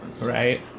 Right